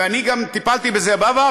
ואני גם טיפלתי בזה בעבר,